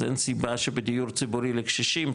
אז אין סיבה שבדיור ציבורי לקשישים,